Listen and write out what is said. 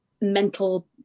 mental